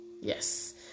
yes